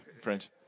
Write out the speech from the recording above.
French